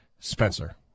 spencer